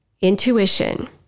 intuition